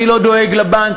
אני לא דואג לבנק,